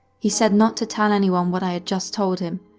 he said not to tell anyone what i had just told him,